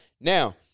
Now